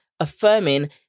affirming